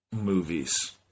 movies